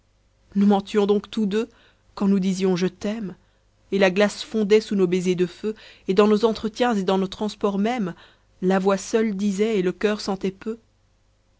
nous mentions donc tous deux quand nous disions je t'aime et là glace fondait sous nos baisers de feu et dans nos entretiens et dans nos transports même la voix seule disait et le coeur sentait peu